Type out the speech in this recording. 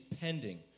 pending